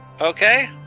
Okay